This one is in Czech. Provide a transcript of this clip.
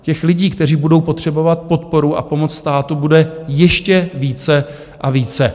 Těch lidí, kteří budou potřebovat podporu a pomoc státu, bude ještě více a více.